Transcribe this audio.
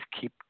keep